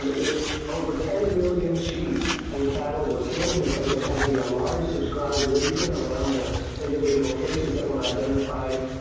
and over ten million sheep and cattle were killed because there had to be a large subscribed region around the individual cases that were identified.